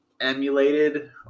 emulated